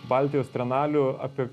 baltijos trienalių apie